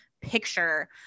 picture